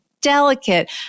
delicate